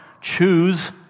choose